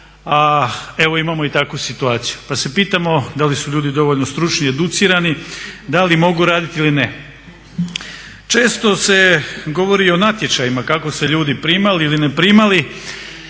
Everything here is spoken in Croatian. a evo imamo i takvu situaciju pa se pitamo da li su ljudi dovoljno stručni, educirani, da li mogu radit ili ne. Često se govori o natječajima kako se ljudi primali ili ne primali.